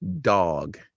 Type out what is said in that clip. dog